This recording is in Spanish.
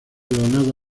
donado